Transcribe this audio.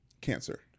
Cancer